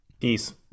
Peace